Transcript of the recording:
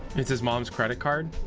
its his moms credit card